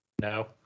No